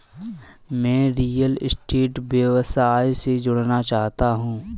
मैं real state व्यवसाय से जुड़ना चाहता हूँ